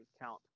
count